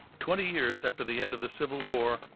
twenty years after the end of the civil war,